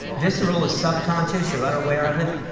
visceral is subconscious, you're unaware of it.